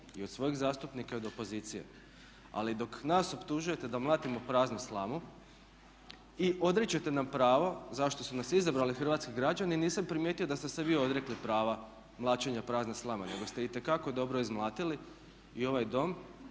i od svojih zastupnika i od opozicije. Ali dok nas optužujete da mlatimo praznu slamu i odričete nam pravo zašto su nas izabrali hrvatski građani nisam primijetio da ste se vi odrekli prava mlaćenja prazne slame nego ste itekako dobro izmlatili i ovaj Dom